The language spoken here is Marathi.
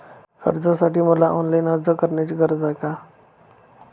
कर्जासाठी मला ऑनलाईन अर्ज करण्याची गरज आहे का?